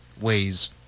ways